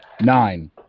Nine